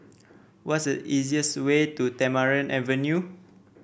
what is easiest way to Tamarind Avenue